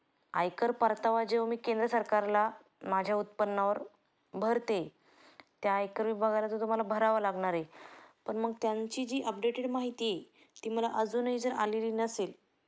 आयकर परतावा जेव्हा मी केंद्र सरकारला माझ्या उत्पन्नावर भरते त्या आयकर विभागाला जो मला भरावा लागणार आहे पण मग त्यांची जी अपडेटेड माहिती आहे ती मला अजूनही जर आलेली नसेल